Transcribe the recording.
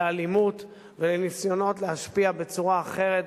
לאלימות ולניסיונות להשפיע בצורה אחרת,